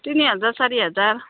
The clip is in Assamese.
তিনি হেজাৰ চাৰি হেজাৰ